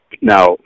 Now